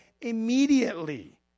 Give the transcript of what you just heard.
immediately